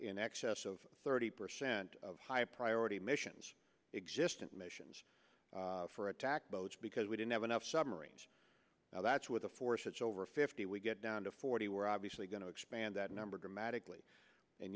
in excess of thirty percent of high priority missions existant missions for attack because we didn't have enough submarines now that's with a force that's over fifty we get down to forty we're obviously going to expand that number dramatically and